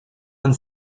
han